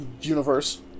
universe